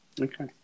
Okay